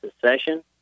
secession